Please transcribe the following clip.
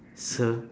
so